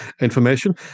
information